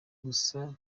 gusa